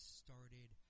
started